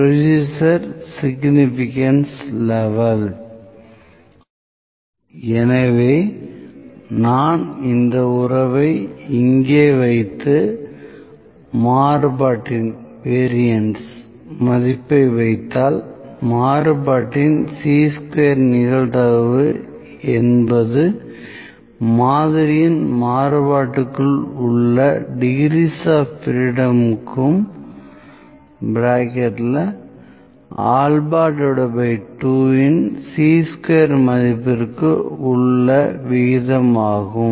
P 21 2 ≤ 2 ≤ 22 எனவே நான் இந்த உறவை இங்கே வைத்து மாறுபாட்டின் மதிப்பை வைத்தால்மாறுபாட்டின் சீ ஸ்கொயர் நிகழ்தகவு என்பது மாதிரியின் மாறுபாட்டுக்குள் உள்ள டிக்ரீஸ் ஆப் பிரீடமிற்கும் α2 வின் சீ ஸ்கொயர் மதிப்பிற்கும் உள்ள விகிதம் ஆகும்